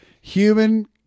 Human